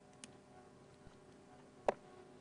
דיכטר, בבקשה.